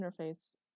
interface